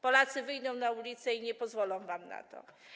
Polacy wyjdą na ulice i nie pozwolą wam na to.